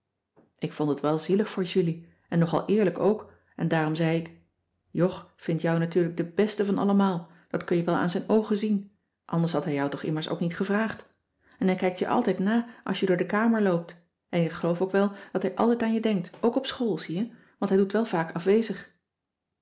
ik vond het wel zielig voor julie en nog al eerlijk ook daarom zei ik jog vindt jou natuurlijk de beste van allemaal dat kun je wel aan zijn oogen zien anders had hij jou toch immers ook niet gevraagd en hij kijkt je altijd na als je door de kamer loopt en ik geloof ook wel dat hij altijd aan je denkt ook op school zie je want hij doet wel vaak afwezig